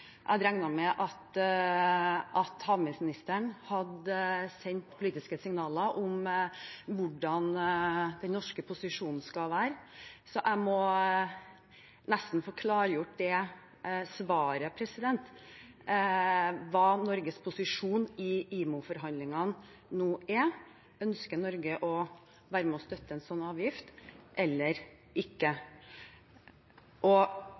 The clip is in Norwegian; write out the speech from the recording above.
Jeg hadde regnet med at havministeren hadde sendt politiske signaler om hvordan den norske posisjonen skal være, så jeg må nesten få klargjort hva Norges posisjon i IMO-forhandlingene nå er. Ønsker Norge å være med og støtte en slik avgift eller ikke?